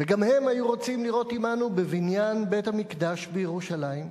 וגם הם היו רוצים לראות עמנו בבניין בית-המקדש בירושלים,